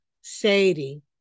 Sadie